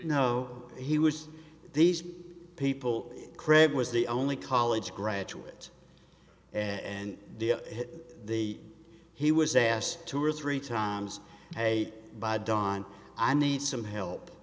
know he was these people credit was the only college graduate and the he was asked two or three times a by don i need some help